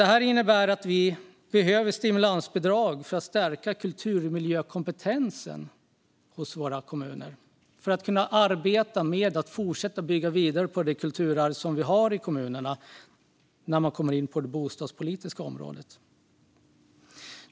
Det här innebär att vi behöver stimulansbidrag för att stärka kulturmiljökompetensen hos våra kommuner, för att kunna arbeta med att bygga vidare på det kulturarv som vi har i kommunen när det kommer till det bostadspolitiska området.